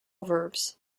verbs